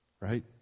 right